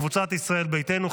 קבוצת סיעת ישראל ביתנו,